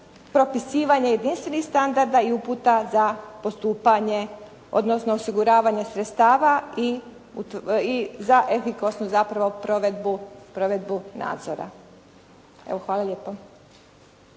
propisivanje jedinstvenih standarda i uputa za postupanje odnosno osiguravanje sredstava i za efikasnu zapravo provedbu nadzora. Evo hvala lijepo.